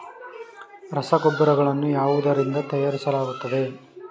ರಸಗೊಬ್ಬರಗಳನ್ನು ಯಾವುದರಿಂದ ತಯಾರಿಸಲಾಗುತ್ತದೆ?